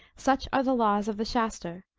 such are the laws of the shaster,